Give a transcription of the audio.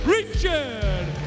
Richard